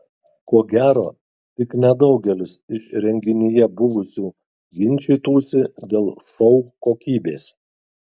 ko gero tik nedaugelis iš renginyje buvusių ginčytųsi dėl šou kokybės